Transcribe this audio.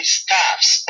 staffs